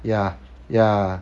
ya ya